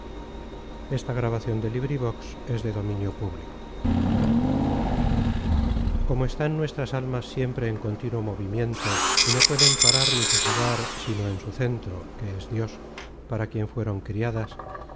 mer como están nuestras almas siempre en contínuo movimiento y no pueden parar ni sosegar sino en su centro que es dios para quien fueron criadas